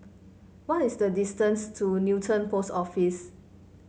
what is the distance to Newton Post Office